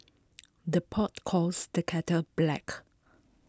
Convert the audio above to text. the pot calls the kettle black